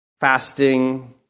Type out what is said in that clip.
Fasting